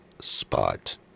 spot